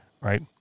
right